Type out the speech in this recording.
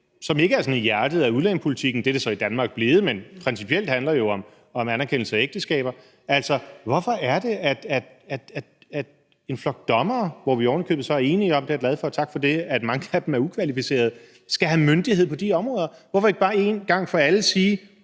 som ikke er sådan i hjertet af udlændingepolitikken. Det er det så blevet i Danmark, men principielt handler det jo om anerkendelse af ægteskaber. Altså, hvorfor er det, at en flok dommere, hvor vi ovenikøbet er enige om – og det er jeg glad for, og tak for det – at mange af dem er ukvalificerede, skal have myndighed på de områder? Hvorfor ikke bare en gang for alle sige: